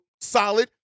solid